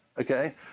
okay